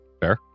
fair